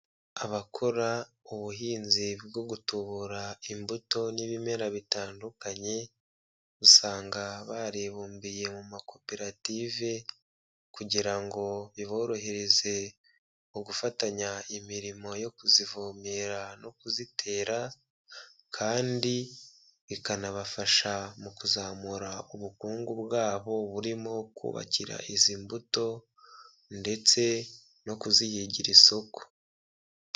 Abakora ubuhinzi bwo gutubura imbuto n'ibimera bitandukanye, usanga baribumbiye mu muma koperative, kugira ngo biborohereze mu gufatanya imirimo yo kuzivomera no kuzitera, kandi ikanabafasha mu kuzamura ubukungu bwabo burimo kubakira izi mbuto, ndetse no kuzihigira isoko.